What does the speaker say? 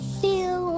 feel